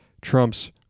Trump's